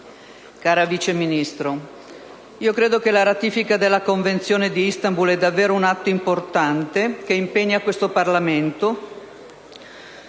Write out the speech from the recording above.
cara Vice Ministro, credo che la ratifica della Convenzione di Istanbul sia davvero un atto importante, che impegna questo Parlamento